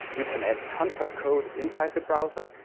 you can add tons of code inside the browser.